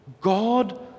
God